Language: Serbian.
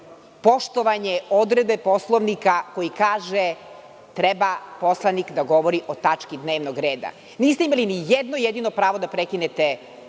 poštovanje odredbe Poslovnika koji kaže – treba poslanik da govori o tački dnevnog reda. Niste imali ni jedno jedino pravo da prekinete